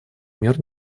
мер